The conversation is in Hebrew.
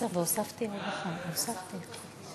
לא, כן.